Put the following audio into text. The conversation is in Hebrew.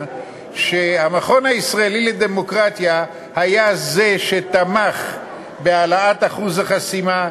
שהמכון הישראלי לדמוקרטיה היה זה שתמך בהעלאת אחוז החסימה,